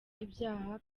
ibyaha